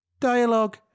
Dialogue